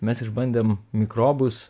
mes išbandėm mikrobus